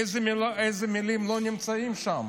אילו מילים לא נמצאות שם?